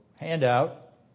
handout